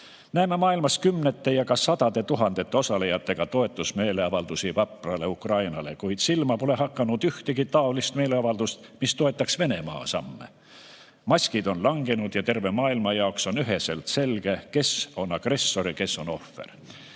Näeme maailmas kümnete ja sadade tuhandete osalejatega toetusmeeleavaldusi vaprale Ukrainale, kuid silma pole hakanud ühtegi taolist meeleavaldust, mis toetaks Venemaa samme. Maskid on langenud ja terve maailma jaoks on üheselt selge, kes on agressor ja kes on ohver.